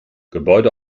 gebäude